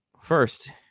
First